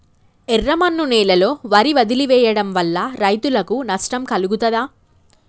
ఎర్రమన్ను నేలలో వరి వదిలివేయడం వల్ల రైతులకు నష్టం కలుగుతదా?